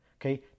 Okay